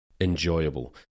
enjoyable